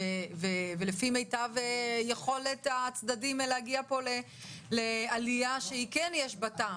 ולפי מיטב יכולת הצדדים להגיע פה לעלייה שכן יש בה טעם.